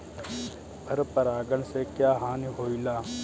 पर परागण से क्या हानि होईला?